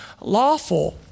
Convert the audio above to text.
lawful